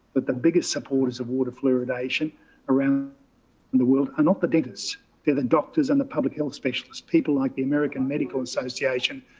that the biggest supporters of water fluoridation around and the world are not the diggers. they're the doctors and the public health specialists. people like the american medical association,